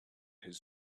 his